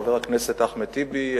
חבר הכנסת אחמד טיבי,